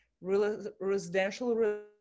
residential